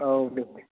औ दे दे